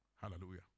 Hallelujah